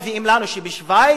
מביאים לנו את שווייץ,